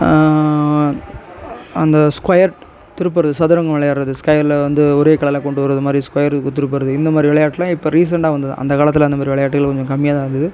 அந்த ஸ்கொயர் திருப்புறது சதுரங்கம் விளையாடுறது ஸ்கொயரில் வந்து ஒரே கலரில் கொண்டு வரது மாரி ஸ்கொயரு திருப்புகிறது இந்த மாரி விளையாட்லாம் இப்போ ரீசன்ட்டாக வந்தது அந்த காலத்தில் அந்த மேரி விளையாட்டுகள் கொஞ்சம் கம்மியாக தான் இருந்துது